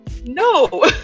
No